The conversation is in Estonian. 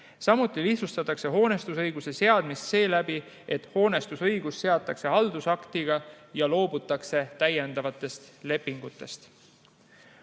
Samuti lihtsustatakse hoonestusõiguse seadmist seeläbi, et hoonestusõigus seatakse haldusaktiga ja loobutakse täiendavatest lepingutest.